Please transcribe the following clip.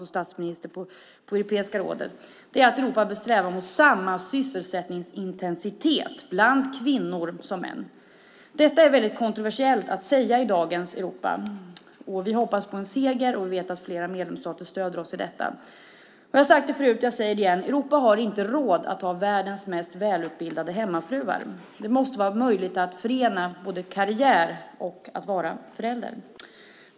Jag själv har drivit detta i allmänna rådet. Fredrik Reinfeldt kommer att göra det i morgon, som statsminister, på Europeiska rådet. Detta är väldigt kontroversiellt att säga i dagens Europa. Vi hoppas på en seger, och vi vet att flera medlemsstater stöder oss i detta. Jag har sagt det förut, och jag säger det igen: Europa har inte råd att ha världens mest välutbildade hemmafruar. Det måste vara möjligt att förena karriär med att vara förälder.